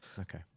Okay